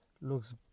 looks